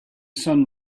sun